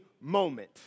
moment